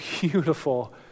beautiful